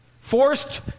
Forced